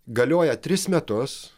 galioja tris metus